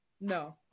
No